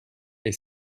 est